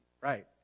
Right